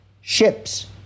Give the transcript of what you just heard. ships